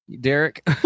Derek